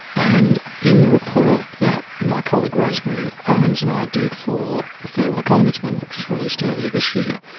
and in the report that my colleague rosemary owens and i did for the fair work ombudsman which was released earlier this year,